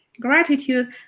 gratitude